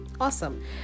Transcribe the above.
awesome